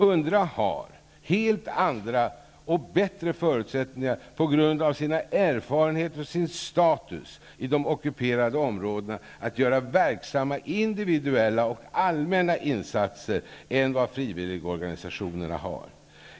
UNWRA har på grund av sina erfarenheter och sin status i de ockuperade områdena helt andra och bättre förutsättningar att göra verksamma individuella och allmänna insatser än vad frivilligorganisationerna har.